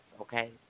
okay